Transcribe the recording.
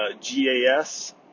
GAS